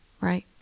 right